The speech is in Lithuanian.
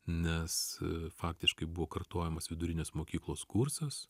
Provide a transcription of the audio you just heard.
nes faktiškai buvo kartojamas vidurinės mokyklos kursas